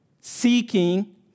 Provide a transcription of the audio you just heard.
Seeking